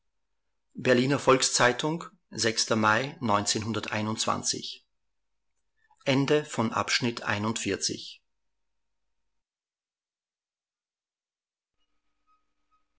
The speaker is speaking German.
berliner volks-zeitung mai